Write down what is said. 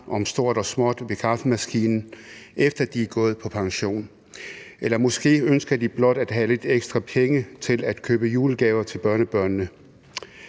om stort og småt ved kaffemaskinen, efter at de er gået på pension. Eller måske ønsker de blot at have lidt ekstra penge til at købe julegaver til børnebørnene.